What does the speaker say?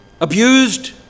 abused